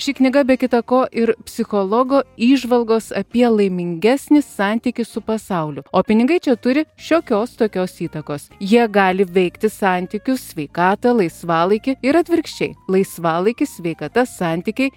ši knyga be kita ko ir psichologų įžvalgos apie laimingesnį santykį su pasauliu o pinigai čia turi šiokios tokios įtakos jie gali veikti santykius sveikatą laisvalaikį ir atvirkščiai laisvalaikis sveikata santykiai